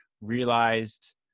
realized